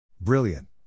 Brilliant